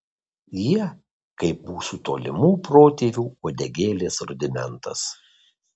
jie kaip mūsų tolimų protėvių uodegėlės rudimentas